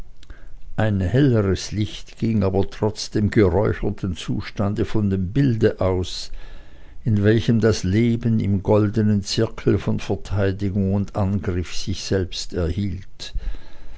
ein helleres licht ging aber trotz dem geräucherten zustande von dem bilde aus in welchem das leben im goldenen zirkel von verteidigung und angriff sich selbst erhielt